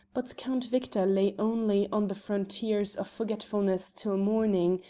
but count victor lay only on the frontiers of forgetfulness till morning,